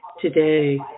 today